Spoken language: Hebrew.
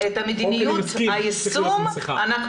לגבי המדיניות והיישום,